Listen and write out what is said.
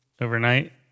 overnight